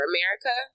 America